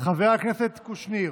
חבר הכנסת קושניר,